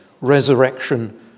resurrection